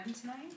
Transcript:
tonight